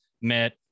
met